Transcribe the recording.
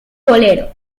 bolero